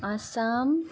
Assam